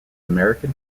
american